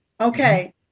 Okay